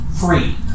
free